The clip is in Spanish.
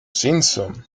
simpson